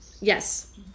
Yes